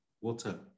Water